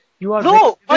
No